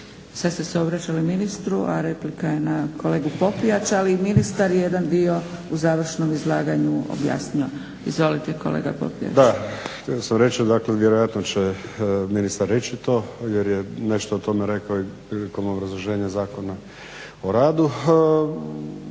Sad ste se obraćali ministru, a replika je na kolegu Popijača. Ali ministar je jedan dio u završnom izlaganju objasnio. Izvolite kolega Popijač. **Popijač, Đuro (HDZ)** Da, htio sam reći dakle vjerojatno će ministar reći to jer je nešto o tome rekao i prilikom obrazloženja Zakona o radu,